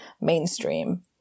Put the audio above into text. mainstream